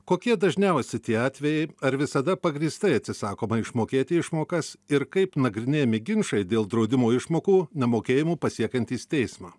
kokie dažniausi tie atvejai ar visada pagrįstai atsisakoma išmokėti išmokas ir kaip nagrinėjami ginčai dėl draudimo išmokų nemokėjimo pasiekiantys teismą